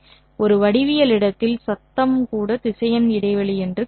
ஒரு வடிவியல் இடத்தில் சத்தம் கூட திசையன் இடைவெளி என்று கருதலாம்